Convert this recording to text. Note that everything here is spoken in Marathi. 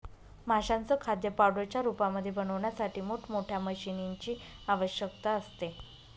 माशांचं खाद्य पावडरच्या रूपामध्ये बनवण्यासाठी मोठ मोठ्या मशीनीं ची आवश्यकता असते